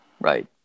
Right